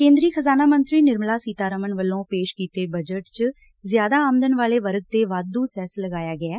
ਕੇਂਦਰੀ ਖਜ਼ਾਨਾ ਮੰਤਰੀ ਨਿਰਮਲਾ ਸੀਤਾਰਮਨ ਵੱਲੋਂ ਪੇਸ਼ ਕੀਤੇ ਬਜਟ ਚ ਜ਼ਿਆਦਾ ਆਦਮਨ ਵਾਲੇ ਵਰਗ ਤੇ ਵਾਧੁ ਸੈਸ ਲਗਾਇਆ ਗਿਐ